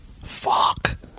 Fuck